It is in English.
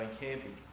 camping